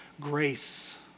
Grace